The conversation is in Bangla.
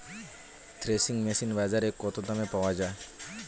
থ্রেসিং মেশিন বাজারে কত দামে পাওয়া যায়?